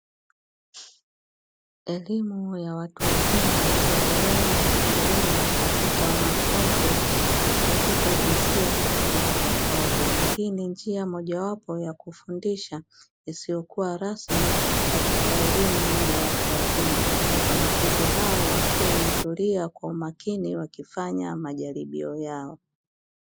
Elimu ya watu wazima ikiendelea kutolewa katika wanafunza katika jinsia tofauti tofauti, na hii ni njia mojawapo ya kufundisha isiyokuwa rasmi katika elimu ya watu wazima wanafunzi hao wakiwa wametulia kwa umakini wakifanya majaribio yao.